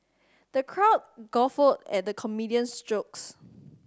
the crowd guffawed at the comedian's jokes